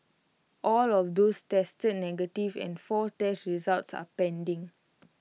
all of those tested negative and four test results are pending